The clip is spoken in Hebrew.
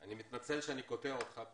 תודה.